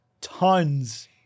tons